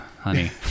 honey